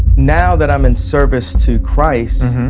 now that i'm in service to christ